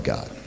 God